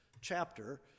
chapter